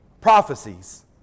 prophecies